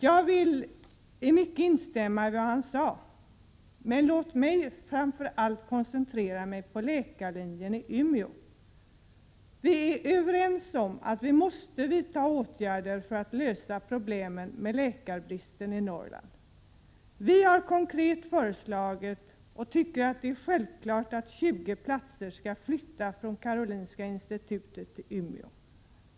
Jag vill instämma i mycket av vad han sade. Men låt mig få koncentrera mig på framför allt läkarlinjen i Umeå. Alla är överens om att åtgärder måste vidtas för att lösa problemet med läkarbristen i Norrland. Vi har konkret föreslagit att, vilket vi tycker är självklart, 20 platser skall flyttas från Karolinska institutet till Umeå.